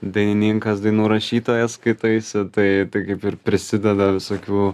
dainininkas dainų rašytojas skaitaisi tai tai kaip ir prisideda visokių